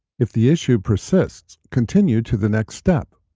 if the issue persists, continue to the next step.